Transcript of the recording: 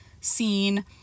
scene